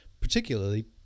particularly